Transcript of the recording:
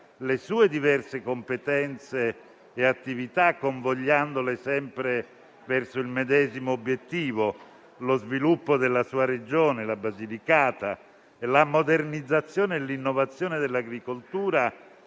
le sue diverse competenze e attività, convogliandole sempre verso il medesimo obiettivo: lo sviluppo della sua Regione, la Basilicata, e la modernizzazione e l'innovazione dell'agricoltura